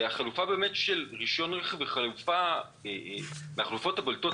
החלופה של רישיון רכב היא מהחלופות הבולטות,